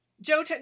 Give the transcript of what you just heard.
Joe